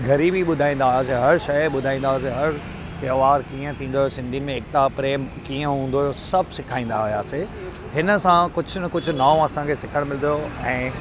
ग़रीबी ॿुधाईंदा हुआसीं हर शइ ॿुधाईंदा हुआसीं हर त्योहार कीअं थींदो आहे सिंधी में एकिता प्रेम कीअं हूंदो हुओ सभु सेखारींदा हुआसीं हिन सां कुझु न कुझु नओं असांखे सिखणु मिलंदो ऐं